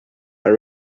but